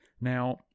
Now